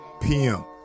PM